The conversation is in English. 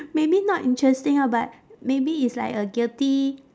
maybe not interesting ah but maybe it's like a guilty